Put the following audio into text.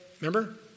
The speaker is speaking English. Remember